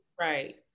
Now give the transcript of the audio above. Right